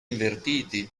invertiti